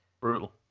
brutal